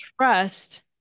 trust